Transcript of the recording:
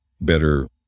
better